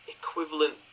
equivalent